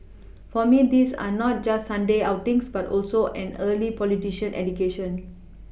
for me these are not just Sunday outings but also an early politician education